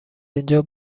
اینجا